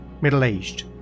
middle-aged